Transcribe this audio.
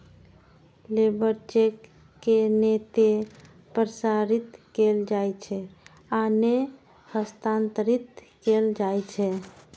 labour check के नै ते प्रसारित कैल जाइ छै आ नै हस्तांतरित कैल जाइ छै